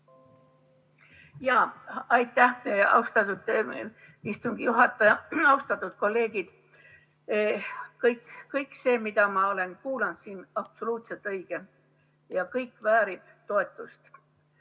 austatud istungi juhataja! Austatud kolleegid! Kõik see, mida ma olen siin kuulnud – absoluutselt õige ja kõik väärib toetust.